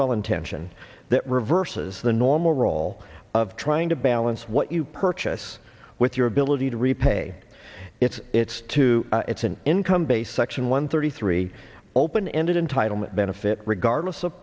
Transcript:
well intentioned that reverses the normal role of trying to balance what you purchase with your ability to repay it's it's to it's an income based section one thirty three open ended entitlement benefit regardless of